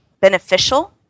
beneficial